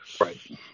Right